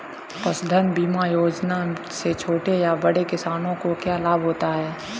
पशुधन बीमा योजना से छोटे या बड़े किसानों को क्या लाभ होगा?